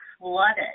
flooded